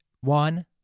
one